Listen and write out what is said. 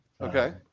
Okay